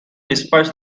disperse